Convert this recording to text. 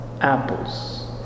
apples